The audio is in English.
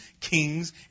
kings